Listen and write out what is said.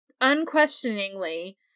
unquestioningly